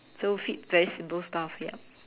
so feed very simple stuff yup